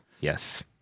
yes